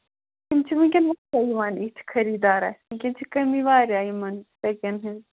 تِم چھِ وُنکٮ۪ن مُشکلی یِوان یِتھۍ خٔریٖدار ؤنکٮ۪ن چھِ کٔمی واریاہ یِمن سیکٮ۪ن ہٕنٛز